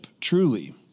truly